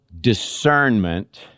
discernment